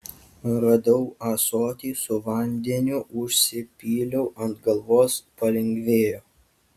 radau ąsotį su vandeniu užsipyliau ant galvos palengvėjo